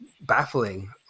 baffling